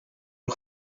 nhw